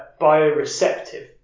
bioreceptive